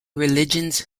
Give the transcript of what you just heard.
religions